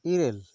ᱤᱨᱟᱹᱞ